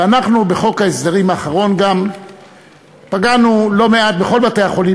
ואנחנו בחוק ההסדרים האחרון גם פגענו לא מעט בכל בתי-החולים